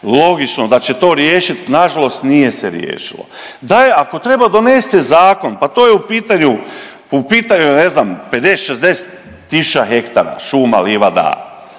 logično, da će to riješiti, nažalost nije se riješilo. Daj ako treba donesite zakon pa to je u pitanju, u pitanju je ne znam 50-60 tisuća hektara šuma, livada